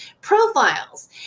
profiles